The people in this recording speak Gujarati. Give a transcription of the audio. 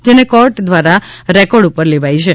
જેને કોર્ટ દ્વારા રેકોર્ડ ઉપર લેવાઈ છે